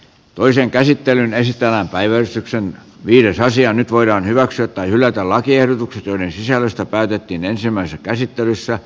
toisen käsittelyn esittää päivystyksen viedä asia nyt voidaan hyväksyä tai hylätä lakiehdotukset joiden sisällöstä päätettiin ensimmäisessä käsittelyssä